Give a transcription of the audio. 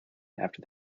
after